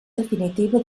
definitiva